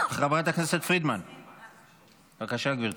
חברת הכנסת פרידמן, בבקשה, גברתי.